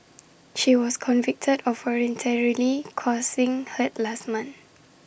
she was convicted of voluntarily causing hurt last month